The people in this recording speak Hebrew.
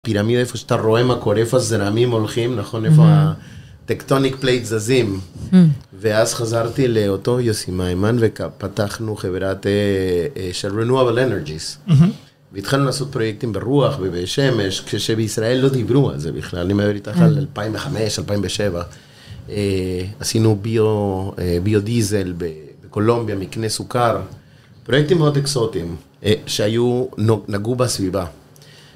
פירמיה, איפה שאתה רואה מה קורה, איפה הזרמים הולכים, נכון? איפה הטקטוניק פלייט זזים. ואז חזרתי לאותו יוסי מיימן, ופתחנו חברת של Renewable Energies. התחלנו לעשות פרויקטים ברוח ובשמש, כשבישראל לא דיברו על זה בכלל, אני מדבר איתך על 2005, 2007. עשינו ביו-דיזל בקולומביה, מקנה סוכר. פרויקטים מאוד אקזוטיים, שהיו, נגעו בסביבה.